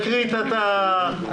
על